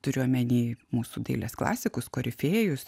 turiu omeny mūsų dailės klasikos korifėjus